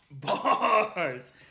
bars